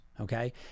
okay